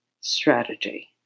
strategy